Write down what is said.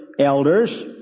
elders